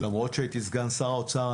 למרות שהייתי סגן שר האוצר,